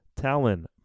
Talon